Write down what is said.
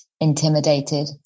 intimidated